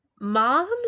Mom's